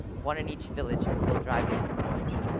one in each village, who will drive this approach.